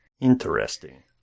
Interesting